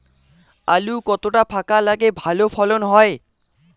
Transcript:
আলু কতটা ফাঁকা লাগে ভালো ফলন হয়?